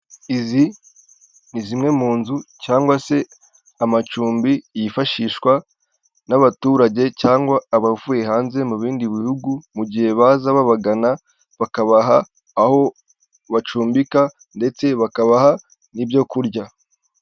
Izi ni zimwe mu nzu cyangwa se amacumbi yifashishwa n'abaturage cyangwa abavuye hanze mu bindi bihugu mu gihe baza babagana bakabaha aho bacumbika ndetse bakabaha n'ibyo kurya.